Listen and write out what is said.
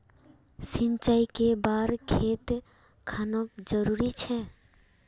सिंचाई कै बार खेत खानोक जरुरी छै?